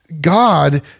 God